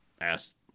asked